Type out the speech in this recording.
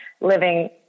living